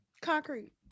Concrete